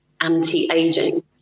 anti-aging